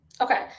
Okay